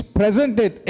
presented